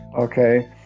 okay